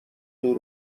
دور